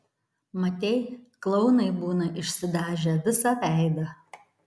matei klounai būna išsidažę visą veidą